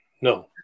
No